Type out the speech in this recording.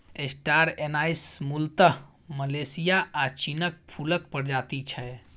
star anise मुलतः Malaysia आ चीनक फुलक प्रजाति छै